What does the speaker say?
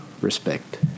respect